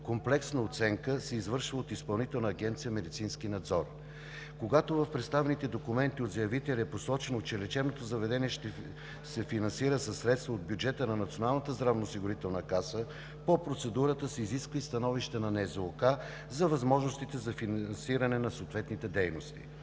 Комплексна оценка се извършва от Изпълнителна агенция „Медицински надзор“. Когато в представените документи от заявителя е посочено, че лечебното заведение ще се финансира със средства от бюджета на Националната здравноосигурителна каса, по процедурата се изисква и становище на НЗОК за възможностите за финансиране на съответните дейности.